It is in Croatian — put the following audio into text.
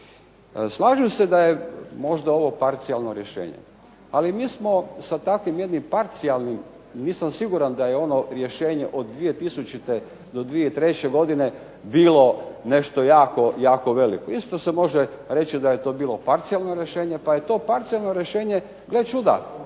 Slažem se da je možda ovo parcijalno rješenje, ali mi smo sa takvim jednim parcijalnim, nisam siguran da je ono rješenje od 2000. do 2003. godine bilo nešto jako, jako veliko. Isto se može reći da je to bilo parcijalno rješenje, pa je to parcijalno rješenje gle čuda